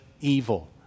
evil